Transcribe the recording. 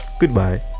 Goodbye